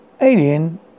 Alien